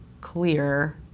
clear